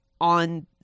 on